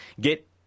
get